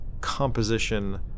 composition